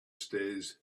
stairs